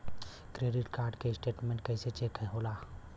Credit card के statement कइसे check होला?